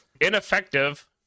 Ineffective